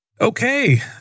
Okay